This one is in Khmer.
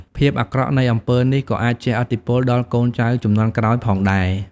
ភាពអាក្រក់នៃអំពើនេះក៏អាចជះឥទ្ធិពលដល់កូនចៅជំនាន់ក្រោយផងដែរ។